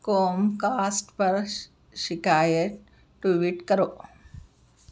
Comcast پر شکایت tweet کرو